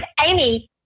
Amy